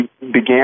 began